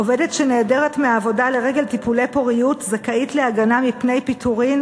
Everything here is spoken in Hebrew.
עובדת שנעדרת מהעבודה לרגל טיפולי פוריות זכאית להגנה מפני פיטורין